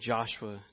Joshua